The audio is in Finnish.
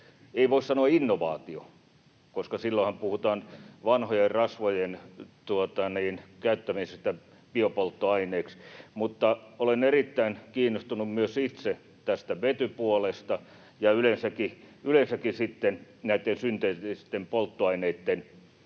ei voi sanoa innovaatioksi, koska silloinhan puhutaan vanhojen rasvojen käyttämisestä biopolttoaineeksi, mutta olen myös itse erittäin kiinnostunut tästä vetypuolesta ja yleensäkin näistä synteettisistä polttoaineista.